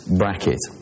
bracket